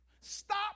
Stop